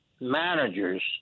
managers